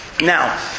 Now